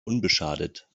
unbeschadet